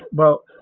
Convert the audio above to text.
well,